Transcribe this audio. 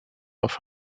off